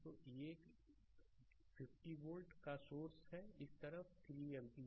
तो एक 50 वोल्ट का सोर्स है इस तरफ है 3 एम्पीयर